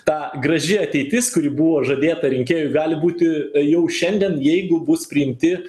ta graži ateitis kuri buvo žadėta rinkėjui gali būti jau šiandien jeigu bus priimti